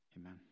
Amen